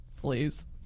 Please